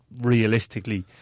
realistically